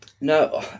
No